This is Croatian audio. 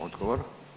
Odgovor.